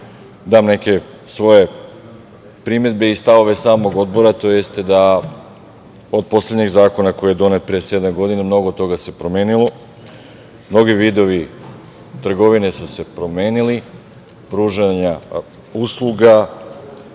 sam neke svoje primedbe i stavove samog Odbora, tj. od poslednjeg zakona koji je donet pre sedam godina, mnogo toga se promenilo. Mnogi vidovi trgovine su se promenili, pružanja usluga,